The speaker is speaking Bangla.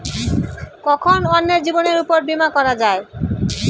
কখন অন্যের জীবনের উপর বীমা করা যায়?